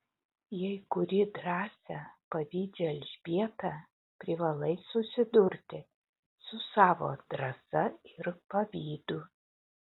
jei kuri drąsią pavydžią elžbietą privalai susidurti su savo drąsa ir pavydu